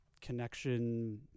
connection